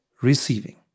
receiving